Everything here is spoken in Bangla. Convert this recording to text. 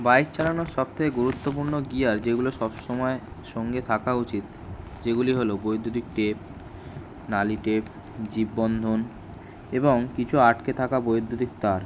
বাইক চালানোর সব থেকে গুরুত্বপূর্ণ গিয়ার যেগুলো সব সময় সঙ্গে থাকা উচিত যেগুলি হল বৈদ্যুতিক টেপ নালি টেপ জীব বন্ধন এবং কিছু আটকে থাকা বৈদ্যুতিক তার